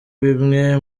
bimwe